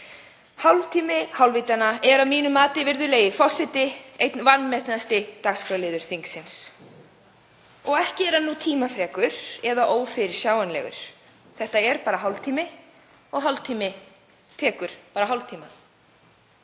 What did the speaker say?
Hálftími hálfvitanna er að mínu mati einn vanmetnasti dagskrárliður þingsins og ekki er hann nú tímafrekur eða ófyrirsjáanlegur. Þetta er bara hálftími og hálftími tekur bara hálftíma.